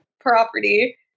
property